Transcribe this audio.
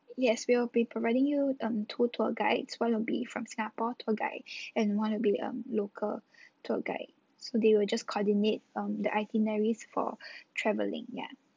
yes we will be providing you um two tour guides one will be from singapore tour guide and one will be um local tour guide so they will just coordinate um the itineraries for traveling yup